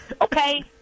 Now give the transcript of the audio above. Okay